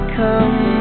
come